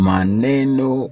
Maneno